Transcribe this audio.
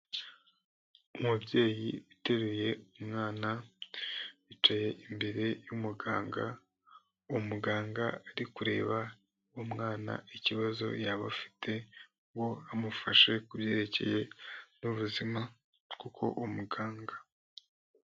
Umubyeyi uteruye umwana, bicaye imbere y'umuganga, uwo muganga ari kureba umwana ikibazo yaba afite ngo amufashe kubyerekeye n'ubuzima koko uwo muganga.